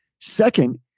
second